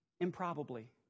improbably